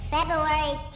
February